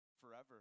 forever